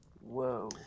Whoa